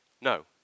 No